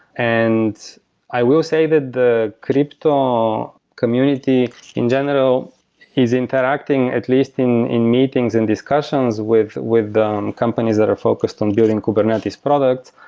and i will say that the crypto community in general is interacting at least in in meetings and discussions with with the companies that are focused on building kubernetes product.